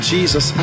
Jesus